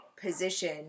position